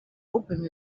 hoping